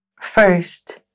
First